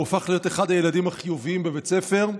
הוא הפך להיות אחד הילדים החיוביים בבית הספר,